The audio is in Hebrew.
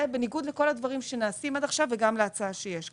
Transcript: בניגוד לכל הדברים שנעשים עד עכשיו וגם להצעה שיש כאן.